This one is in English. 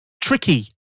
tricky